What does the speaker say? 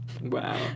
wow